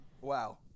Wow